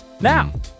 now